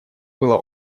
было